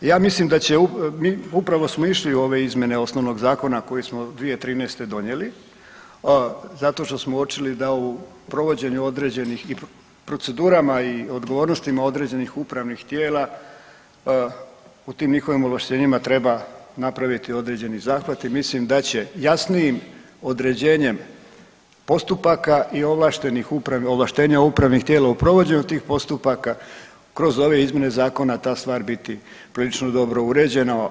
Ja mislim da će, upravo smo išli u ove izmjene osnovnog zakona koji smo 2013. donijeli, zato što smo uočili da u provođenju određenih i procedurama i odgovornostima određenih upravnih tijela u tim njihovim ovlaštenjima treba napraviti određeni zahvat i mislim da će jasnijim određenjem postupaka i ovlaštenja upravnih tijela u provođenju tih postupaka kroz ove izmjene zakona ta stvar biti prilično dobro uređena.